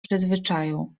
przyzwyczają